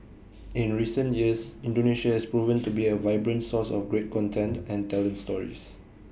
in recent years Indonesia has proven to be A vibrant source of great content and talent stories